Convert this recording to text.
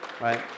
right